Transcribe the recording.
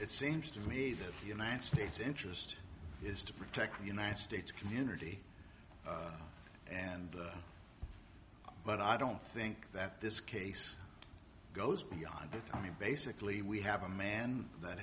it seems to me united states interest is to protect the united states community and but i don't think that this case goes beyond that i mean basically we have a man that